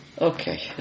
Okay